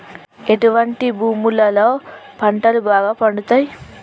ఎటువంటి భూములలో పంటలు బాగా పండుతయ్?